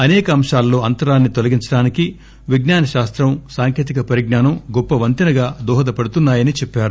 అసేక అంశాల్లో అంతరాన్ని తొలగించడానికి విజ్ఞాన శాస్తం సాంకేతిక పరిజ్ఞానం గొప్ప వంతెనగా దోహదపడుతున్నాయని చెప్పారు